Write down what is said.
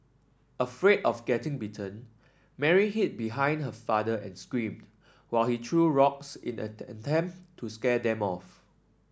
afraid of getting bitten Mary hid behind her father and screamed while he threw rocks in an attempt to scare them off